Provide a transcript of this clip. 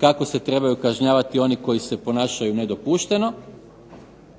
kako se trebaju kažnjavati oni koji se ponašaju nedopušteno,